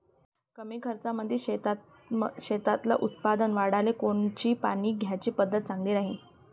कमी खर्चामंदी शेतातलं उत्पादन वाढाले कोनची पानी द्याची पद्धत चांगली राहीन?